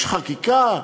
יש חקיקה,